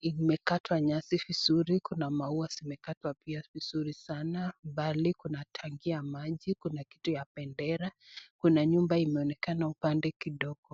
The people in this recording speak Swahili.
imekatwa nyasi vizuri kuna maua zimekatwa pia vizuri sana. Mbali kuna tanki ya maji, kuna kitu ya bendera, kuna nyumba imeonekana upande kidogo.